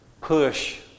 push